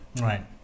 right